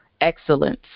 excellence